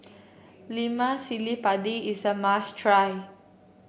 Lemak Cili Padi is a must try